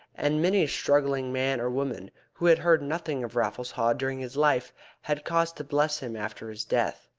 and many a struggling man or woman who had heard nothing of raffles haw during his life had cause to bless him after his death.